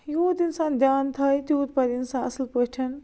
یوٗت اِنسان دیان تھایہِ تیوٗت پَرِ اِنسان اَصٕل پٲٹھۍ